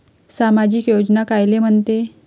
सामाजिक योजना कायले म्हंते?